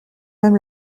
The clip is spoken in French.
même